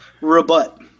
rebut